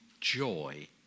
joy